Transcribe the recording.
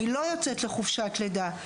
מי לא יוצאת לחופשת לידה,